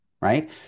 right